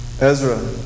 Ezra